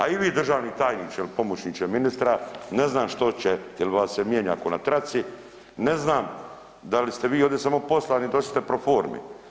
A i vi državni tajniče il pomoćniče ministra, ne znam što će jel vas se mijenja ko na traci, ne znam da li ste vi ovdje samo poslani … [[Govornik se ne razumije]] pro formi.